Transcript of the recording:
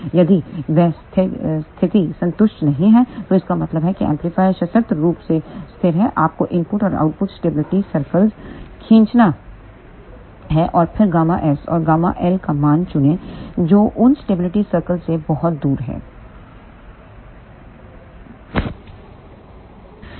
यदि वह स्थिति संतुष्ट नहीं है तो इसका मतलब है एम्पलीफायर सशर्त रूप से स्थिर है आपको इनपुट और आउटपुट स्टेबिलिटी सर्कल खींचना है और फिर ΓS और ΓLका मान चुनें जो उन स्टेबिलिटी सर्कल से बहुत दूर है